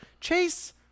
Chase